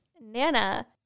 Nana